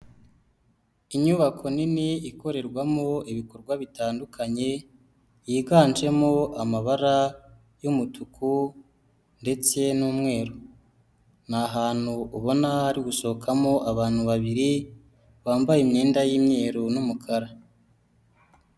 Inyubako nini ikorerwamo ibikorwa bitandukanye, yiganjemo amabara y'umutuku ndetse n'umweru. Ni ahantu ubona hari gusohokamo abantu babiri bambaye imyenda y'imyeru n'umukara.